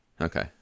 Okay